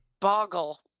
Boggle